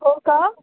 हो का